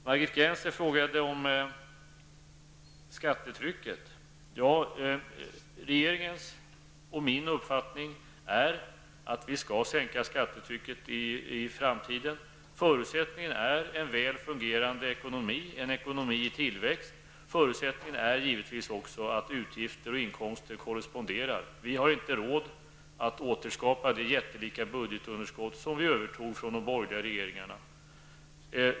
Regeringens och min uppfattning är att vi skall sänka skattetrycket. Regeringens och min uppfattning är att vi skall sänka skattetrycket. Förutsättningen är en väl fungerande ekonomi, en ekonomi i tillväxt. Förutsättningen är givetvis också att utgifter och inkomster korresponderar. Vi har inte råd att återskapa det jättelika budgetunderskott som vi övertog från de borgerliga regeringarna.